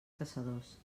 caçadors